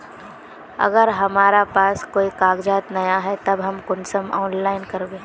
अगर हमरा पास कोई कागजात नय है तब हम कुंसम ऑनलाइन करबे?